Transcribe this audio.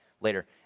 later